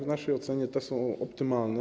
W naszej ocenie te są optymalne.